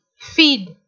Feed